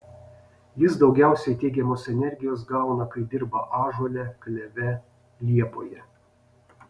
jis daugiausiai teigiamos energijos gauna kai dirba ąžuole kleve liepoje